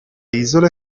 isole